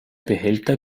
behälter